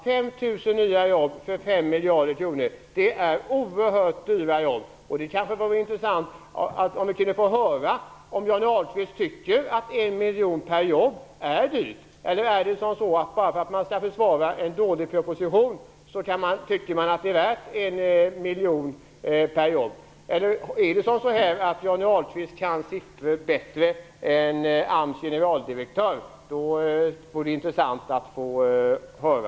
5 000 nya jobb för 5 miljarder kronor är oerhört dyra jobb. Det skulle vara intressant om vi kunde få höra om Johnny Ahlqvist tycker att 1 miljon per jobb är dyrt. Är det så att man bara därför att man skall försvara en dålig proposition tycker att det är värt 1 miljon per jobb? Eller är det så att Johnny Ahlqvist kan siffror bättre än AMS generaldirektör? Det vore intressant att få höra.